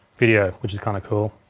video which is kinda cool.